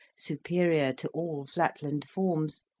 superior to all flatland forms,